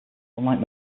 unlike